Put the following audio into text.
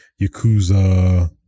Yakuza